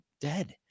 dead